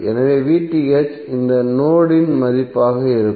எனவே இந்த நோட் இன் மதிப்பாக இருக்கும்